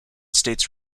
states